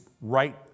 right